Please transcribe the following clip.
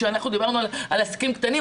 כשאנחנו דיברנו על עסקים קטנים,